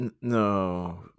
no